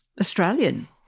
Australian